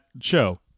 show